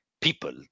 people